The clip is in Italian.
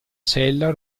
sella